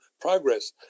progress